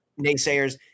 naysayers